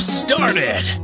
started